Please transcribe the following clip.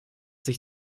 sich